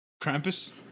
Krampus